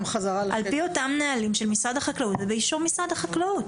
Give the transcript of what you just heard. חזרה על פי אותם נהלים של משרד החקלאות ובאישור משרד החקלאות.